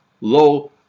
low